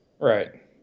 Right